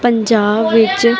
ਪੰਜਾਬ ਵਿੱਚ